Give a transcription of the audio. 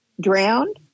drowned